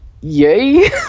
Yay